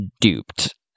duped